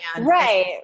Right